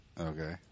Okay